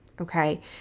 Okay